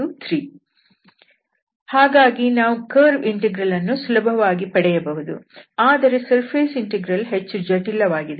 ಹಾಗಾಗಿ ನಾವು curve integral ಅನ್ನು ಸುಲಭವಾಗಿ ಪಡೆಯಬಹುದು ಆದರೆ ಸರ್ಫೇಸ್ ಇಂಟೆಗ್ರಲ್ ಹೆಚ್ಚು ಜಟಿಲವಾಗಿದೆ